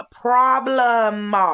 problem